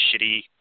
shitty